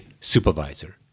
supervisor